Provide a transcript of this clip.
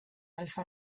alfa